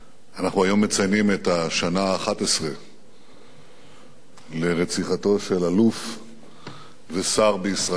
היום מציינים את השנה ה-11 לרציחתו של אלוף ושר בישראל,